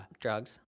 Drugs